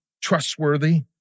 trustworthy